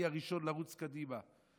אני הראשון לרוץ קדימה.